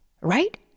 right